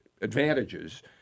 advantages